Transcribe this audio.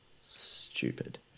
stupid